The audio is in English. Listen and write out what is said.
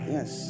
Yes